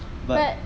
but